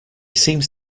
seems